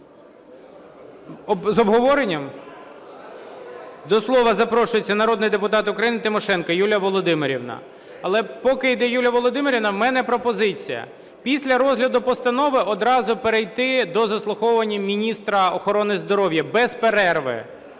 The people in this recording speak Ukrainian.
З обговоренням? До слова запрошується народний депутат України Тимошенко Юлія Володимирівна. Але, поки йде Юлія Володимирівна, у мене пропозиція: після розгляду постанови одразу перейти до заслуховування міністра охорони здоров'я, без перерви